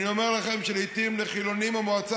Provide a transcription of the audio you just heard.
ואני אומר לכם שלעיתים לחילונים המועצה